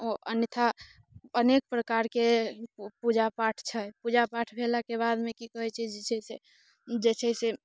ओ अन्यथा अनेक प्रकारके पूजा पाठ छै पूजा पाठ भेलाके बादमे की कहैत छै जे छै से जे छै से